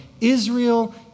Israel